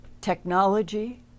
technology